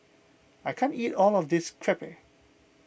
I can't eat all of this Crepe